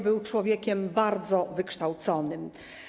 Był człowiekiem bardzo wykształconym.